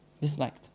Disliked